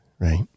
Right